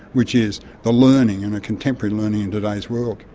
which is the learning and a contemporary learning in today's world.